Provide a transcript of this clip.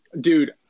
Dude